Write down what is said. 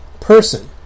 person